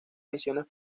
misiones